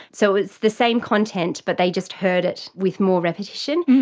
so it was the same content but they just heard it with more repetition,